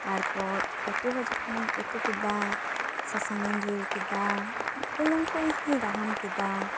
ᱛᱟᱨ ᱯᱚᱨ ᱩᱛᱩ ᱦᱚᱸ ᱡᱚᱠᱷᱚ ᱤᱧ ᱩᱛᱩ ᱠᱮᱫᱟ ᱥᱟᱥᱟᱝ ᱤᱧ ᱰᱷᱮᱨ ᱠᱮᱫᱟ ᱵᱩᱞᱩᱝ ᱠᱚᱦᱚᱧ ᱨᱟᱦᱟᱢ ᱠᱮᱫᱟ